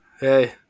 hey